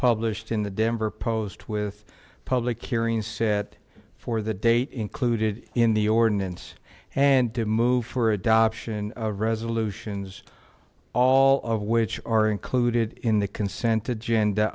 published in the denver post with a public hearing set for the date included in the ordinance and to move for adoption resolutions all of which are included in the consent